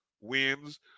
wins –